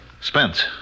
Spence